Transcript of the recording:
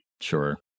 Sure